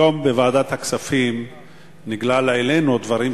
היום בוועדת הכספים נגלו לעינינו דברים,